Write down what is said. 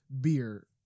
beer